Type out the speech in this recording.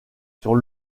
sur